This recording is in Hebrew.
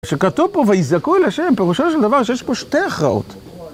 שכתוב פה, ויעזקו אל השם, פירושה של דבר שיש פה שתי הכרעות.